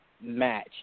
match